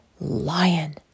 lion